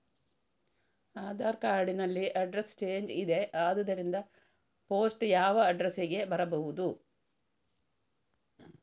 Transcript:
Aadhaar card ನಲ್ಲಿ address change ಇದೆ ಆದ್ದರಿಂದ ಪೋಸ್ಟ್ ಯಾವ ಅಡ್ರೆಸ್ ಗೆ ಬರಬಹುದು?